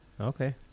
Okay